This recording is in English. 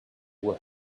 were